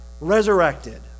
resurrected